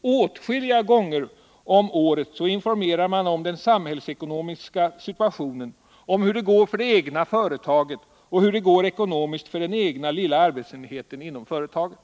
Åtskilliga gånger om året informerar man om den samhällsekonomiska situationen, om hur det går för det egna företaget och om hur det går ekonomiskt för den egna lilla arbetsenheten inom företaget.